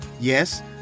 Yes